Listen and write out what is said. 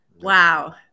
Wow